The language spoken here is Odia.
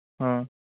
ହଁ